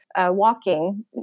walking